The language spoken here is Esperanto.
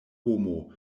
homo